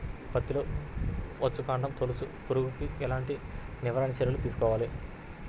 పత్తిలో వచ్చుకాండం తొలుచు పురుగుకి ఎలాంటి నివారణ చర్యలు తీసుకోవాలి?